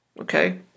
Okay